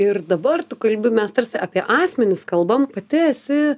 ir dabar tu kalbi mes tarsi apie asmenis kalbam pati esi